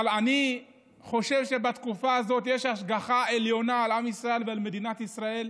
אבל אני חושב שבתקופה הזאת יש השגחה עליונה לעם ישראל ולמדינת ישראל,